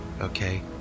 okay